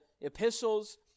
epistles